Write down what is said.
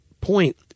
point